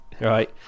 Right